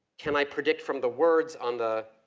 can i predict from the words on the,